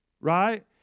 Right